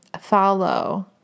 follow